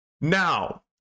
Now